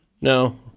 No